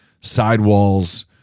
sidewalls